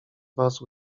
was